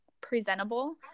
presentable